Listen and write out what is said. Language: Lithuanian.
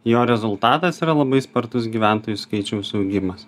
jo rezultatas yra labai spartus gyventojų skaičiaus augimas